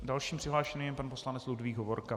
Dalším přihlášeným je pan poslanec Ludvík Hovorka.